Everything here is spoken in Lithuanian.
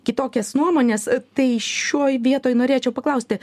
kitokias nuomones tai šioj vietoj norėčiau paklausti